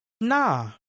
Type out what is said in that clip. Nah